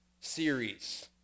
series